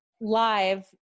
live